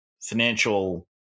financial